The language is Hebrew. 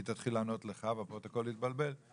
היא תתחיל לענות לך והפרוטוקול יתבלבל.